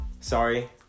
sorry